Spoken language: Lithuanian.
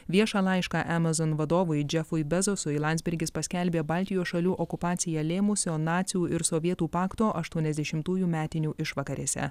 viešą laišką amazon vadovui džefui bezosui landsbergis paskelbė baltijos šalių okupaciją lėmusio nacių ir sovietų pakto aštuoniasdešimtųjų metinių išvakarėse